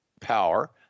power